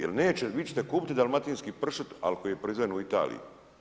Jer neće, vi ćete kupiti dalmatinski pršut, ali koji je proizveden u Italiji.